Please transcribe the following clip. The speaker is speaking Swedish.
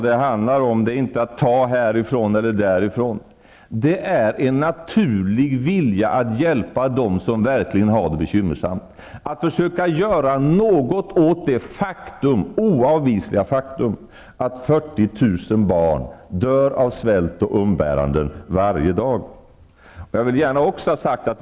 Det handlar inte om att ta härifrån eller därifrån, utan om en naturlig vilja att hjälpa dem som verkligen har det bekymmersamt, att försöka göra något åt det oavvisliga faktum att 40 000 barn dör av svält och umbäranden varje dag.